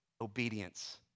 obedience